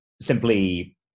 simply